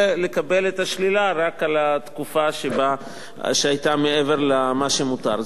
ולקבל את השלילה רק על התקופה שהיתה מעבר למה שמותר.